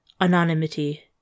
anonymity